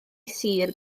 sir